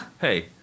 Hey